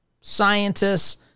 scientists